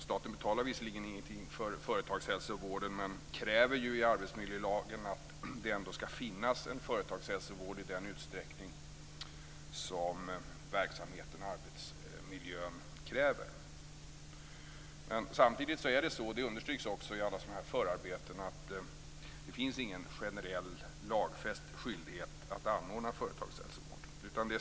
Staten betalar visserligen ingenting för företagshälsovården men kräver i arbetsmiljölagen att det ändå ska finnas en företagshälsovård i den utsträckning som verksamheten och arbetsmiljön kräver. Samtidigt är det så, vilket också understryks i alla sådana här förarbeten, att det inte finns någon sådan här generell lagfäst skyldighet att anordna företagshälsovård.